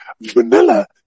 vanilla